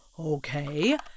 Okay